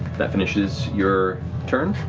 that finishes your turn?